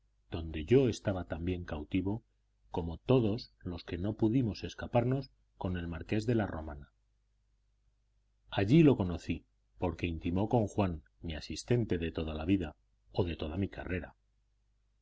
donde yo estaba también cautivo como todos los que no pudimos escaparnos con el marqués de la romana allí lo conocí porque intimó con juan mi asistente de toda la vida o de toda mi carrera